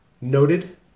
noted